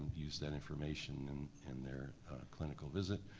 use that information and in their clinical visit,